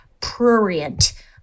prurient